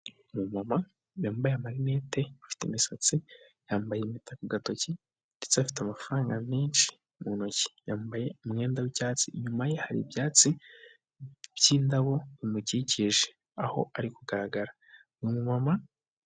Umumama yambaye amarinete ufite imisatsi yambaye impeta ku gatoki ndetse afite amafaranga menshi mu ntoki, yambaye umwenda w'icyatsi inyuma ye hari ibyatsi by'indabo bimukikije, aho ari kugaragara umumama...